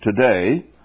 today